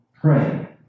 pray